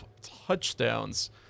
touchdowns